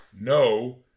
no